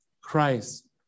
Christ